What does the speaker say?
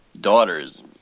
daughters